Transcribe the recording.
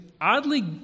oddly